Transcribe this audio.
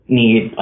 need